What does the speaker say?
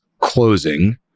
closing